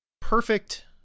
perfect